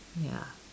ya